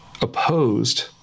opposed